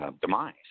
demise